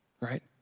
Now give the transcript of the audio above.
right